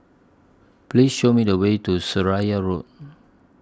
Please Show Me The Way to Seraya Road